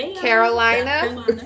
Carolina